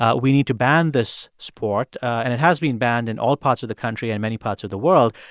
ah we need to ban this sport. and it has been banned in all parts of the country and many parts of the world.